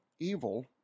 evil